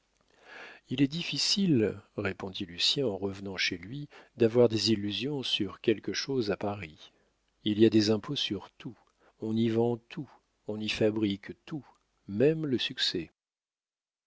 il est difficile répondit lucien en revenant chez lui d'avoir des illusions sur quelque chose à paris il y a des impôts sur tout on y vend tout on y fabrique tout même le succès